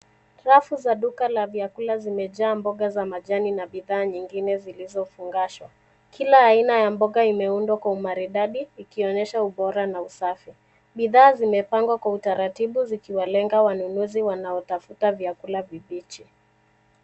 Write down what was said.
Rafu za duka la vyakula zimejaa mboga za majani na bidhaa nyingine zilizofungashwa. Kila aina ya mboga imeundwa kwa umaridadi, ikionyesha ubora na usafi. Bidhaa zimepangwa kwa utaratibu zikiwalenga wanunuzi wanaotafuta vyakula vibichi.